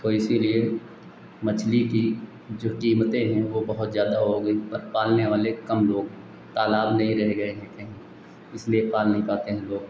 तो इसीलिए मछली की जो कीमतें हैं वह बहुत ज़्यादा हो गईं पर पालने वाले कम लोग हैं तालाब नहीं रहे गए हैं कहीं इसलिए पाल नहीं पाते हैं लोग